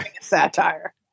satire